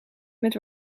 met